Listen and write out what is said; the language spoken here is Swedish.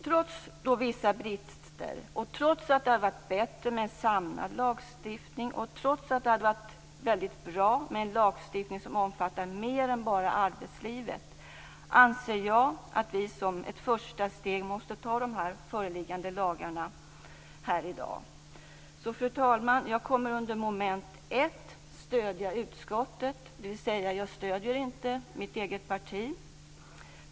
Trots vissa brister, trots att det hade varit bättre med en samlad lagstiftning och trots att det hade varit väldigt bra med en lagstiftning som omfattar mer än bara arbetslivet anser jag att vi som ett första steg måste anta de föreliggande lagförslagen i dag. Fru talman! Jag kommer under mom. 1 att stödja utskottet, dvs. jag stöder inte mitt eget parti.